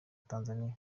tanzaniya